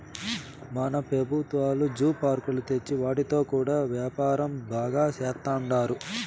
మన పెబుత్వాలు జూ పార్కులు తెచ్చి వాటితో కూడా యాపారం బాగా సేత్తండారు